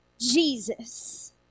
Jesus